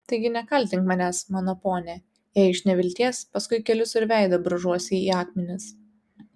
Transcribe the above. taigi nekaltink manęs mano pone jei iš nevilties paskui kelius ir veidą brūžuosi į akmenis